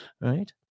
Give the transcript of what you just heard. right